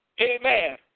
Amen